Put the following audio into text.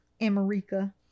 america